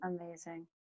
Amazing